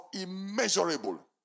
immeasurable